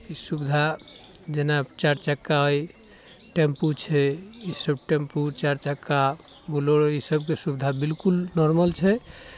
ई सुविधा जेना चारि चक्का अइ टेम्पू छै ई सभ टेम्पू चारि चक्का बुलोरो ई सभके सुविधा बिलकुल नोर्मल छै